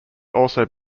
also